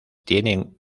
tienen